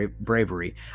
bravery